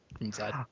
inside